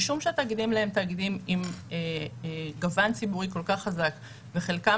משום שהתאגידים האלה הם תאגידים עם גוון ציבורי כל כך חזק וחלקם